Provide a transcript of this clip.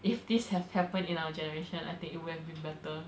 if this has happened in our generation I think it would have been better